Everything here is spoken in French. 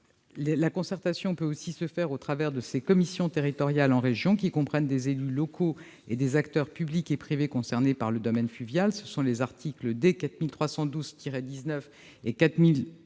La concertation peut aussi se dérouler dans le cadre de ses commissions territoriales en régions, lesquelles comprennent des élus locaux et des acteurs publics et privés concernés par le domaine fluvial. Ce sont les articles D. 4312-19 et D.